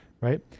right